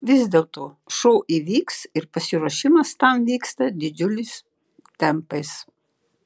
vis dėlto šou įvyks ir pasiruošimas tam vyksta didžiuliais tempais